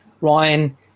Ryan